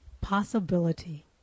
possibility